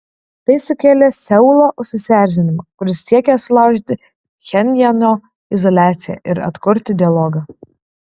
tai sukėlė seulo susierzinimą kuris siekia sulaužyti pchenjano izoliaciją ir atkurti dialogą